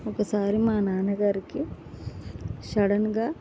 ఒకసారి మా నాన్నగారికి సడన్గా